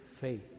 faith